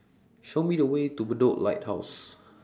Show Me The Way to Bedok Lighthouse